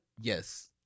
yes